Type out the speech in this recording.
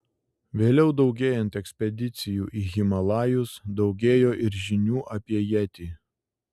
vėliau daugėjant ekspedicijų į himalajus daugėjo ir žinių apie jetį